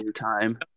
time